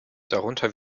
darunter